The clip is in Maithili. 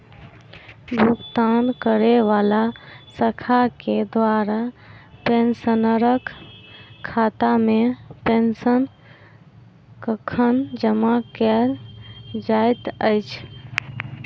भुगतान करै वला शाखा केँ द्वारा पेंशनरक खातामे पेंशन कखन जमा कैल जाइत अछि